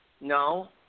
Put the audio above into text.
No